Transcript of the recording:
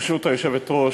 ברשות היושבת-ראש,